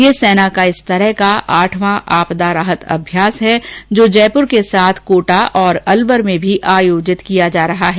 यह सेना का इस तरह का आठवां आपदा राहत अभ्यास है जो जयपुर के साथ कोटा और अलवर में भी आयोजित किया जा रहा है